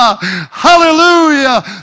Hallelujah